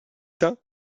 temps